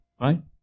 right